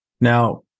Now